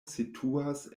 situas